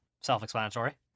Self-explanatory